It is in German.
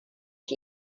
ich